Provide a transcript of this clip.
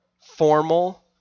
formal